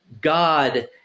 God